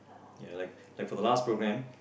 ya like like for the last programme